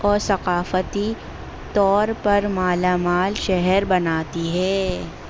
اور ثقافتی طور پر مالامال شہر بناتی ہے